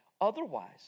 otherwise